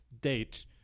date